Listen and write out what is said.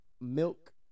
milk